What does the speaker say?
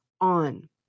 on